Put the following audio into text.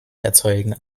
erzeugen